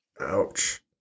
Ouch